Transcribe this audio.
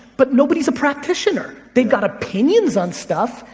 but nobody's a practitioner. they've got opinions on stuff.